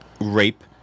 rape